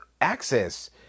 access